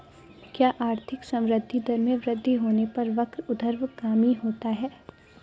क्या आर्थिक संवृद्धि दर में वृद्धि होने पर वक्र ऊर्ध्वगामी होता है?